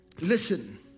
Listen